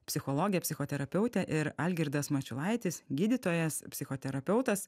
psichologė psichoterapeutė ir algirdas mačiulaitis gydytojas psichoterapeutas